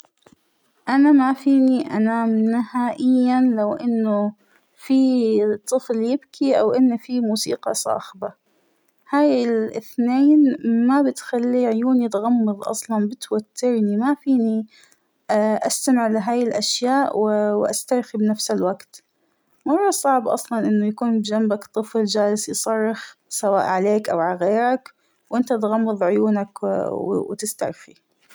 أنا ما فينى أنام نهائياً لو إنه فى طفل يبكى أو إن فى موسيقى صاخبة ، هاى الإثنين ما بتخلى عيونى تغمض أصلاً بتوترنى مافينى أستمع لهاى الأشياء وأسترخى بنفس الوقت ، مرة صعب أصلاً إنه يكون جنبك طفل جالس يصرخ سواء عليك أو على غيرك وانت تغمض عيونك وا -وتسترخى.